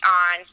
on